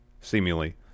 seemingly